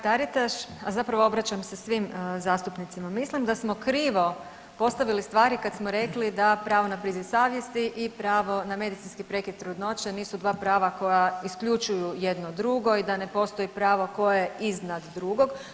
Kolegice Mrak Taritaš, a zapravo obraćam se svim zastupnicima, mislim da smo krivo postavili stvari kad smo rekli da pravo na priziv savjesti i pravo na medicinski prekid trudnoće nisu dva prava koja isključuju jedno drugo i da ne postoji pravo koje je iznad drugog.